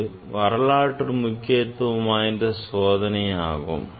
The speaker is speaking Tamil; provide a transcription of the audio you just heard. இது வரலாற்று முக்கியத்துவம் வாய்ந்த சோதனை ஆகும்